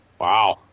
Wow